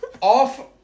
off